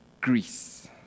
Greece